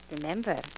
Remember